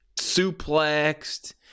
suplexed